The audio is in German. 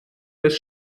des